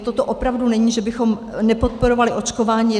Toto opravdu není, že bychom nepodporovali očkování.